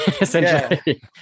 essentially